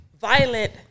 violent